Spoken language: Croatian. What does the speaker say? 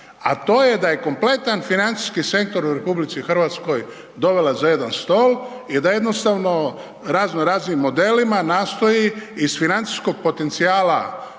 a to je da je kompletan financijski sektor u RH dovela za jedan stol i da jednostavno razno raznim modelima nastoji iz financijskog potencijala